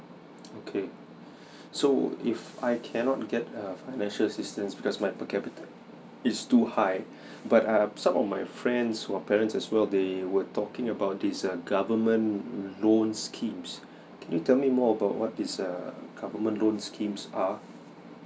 okay so if I cannot get a financial assistance because my per capita is too high but uh some of my friends who are parents as well they were talking about this err government loan schemes can you tell me more about what this uh government loan schemes are